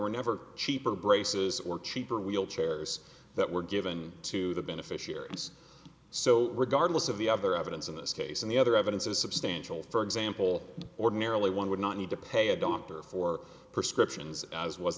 were never cheaper braces or cheaper wheelchairs that were given to the beneficiaries so regardless of the other evidence in this case and the other evidence is substantial for example ordinarily one would not need to pay a doctor for prescriptions as was